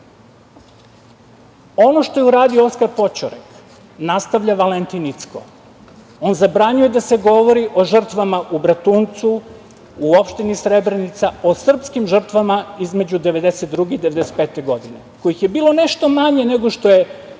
što je uradio Oskar Poćorek, nastavlja Valentin Incko. On zabranjuje da se govori o žrtvama u Bratuncu, u opštini Srebrenica, o srpskim žrtvama između 1992. i 1995. godine kojih je bilo nešto manje nego što je